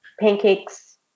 pancakes